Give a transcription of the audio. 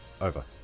over